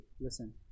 listen